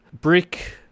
brick